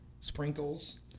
sprinkles